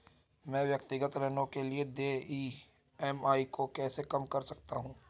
मैं व्यक्तिगत ऋण के लिए देय ई.एम.आई को कैसे कम कर सकता हूँ?